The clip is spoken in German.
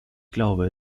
glaube